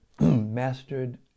mastered